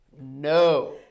no